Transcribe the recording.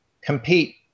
compete